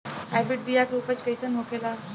Hybrid बीया के उपज कैसन होखे ला?